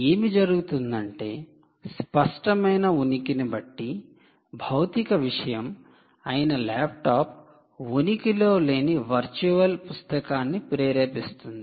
ఏమి జరుగుతుందంటే స్పష్టమైన ఉనికిని బట్టి భౌతిక విషయం అయిన ల్యాప్టాప్ ఉనికి లో లేని వర్చువల్ పుస్తకాన్ని ప్రేరేపిస్తుంది